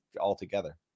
altogether